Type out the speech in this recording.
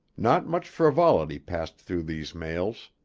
not much frivolity passed through these mails.